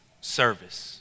service